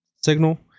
signal